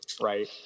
Right